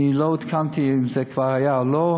אני לא עודכנתי אם זה כבר היה או לא,